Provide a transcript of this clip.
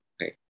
right